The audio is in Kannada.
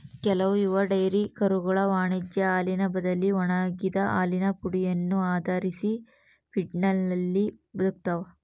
ಕೆಲವು ಯುವ ಡೈರಿ ಕರುಗಳು ವಾಣಿಜ್ಯ ಹಾಲಿನ ಬದಲಿ ಒಣಗಿದ ಹಾಲಿನ ಪುಡಿಯನ್ನು ಆಧರಿಸಿದ ಫೀಡ್ನಲ್ಲಿ ಬದುಕ್ತವ